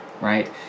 right